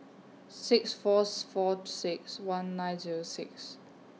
six Fourth four six one nine Zero six